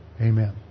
Amen